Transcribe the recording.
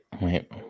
wait